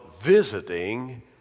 visiting